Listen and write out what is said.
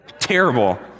terrible